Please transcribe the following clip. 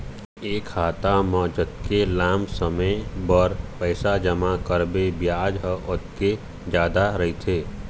ए खाता म जतके लाम समे बर पइसा जमा करबे बियाज ह ओतके जादा रहिथे